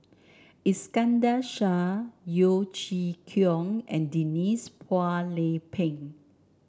Iskandar Shah Yeo Chee Kiong and Denise Phua Lay Peng